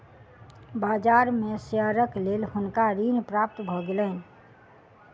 बाजार में शेयरक लेल हुनका ऋण प्राप्त भ गेलैन